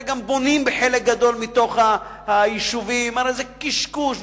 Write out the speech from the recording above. הרי גם בונים בחלק גדול מהיישובים, הרי זה קשקוש.